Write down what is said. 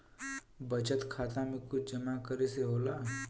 बचत खाता मे कुछ जमा करे से होला?